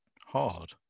hard